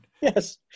Yes